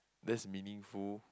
that's meaningful